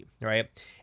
right